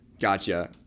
Gotcha